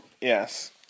Yes